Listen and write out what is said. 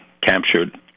captured